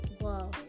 wow